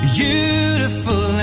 beautiful